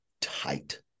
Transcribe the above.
tight